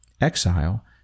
exile